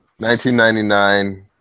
1999